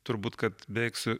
turbūt kad beveik su